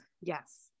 Yes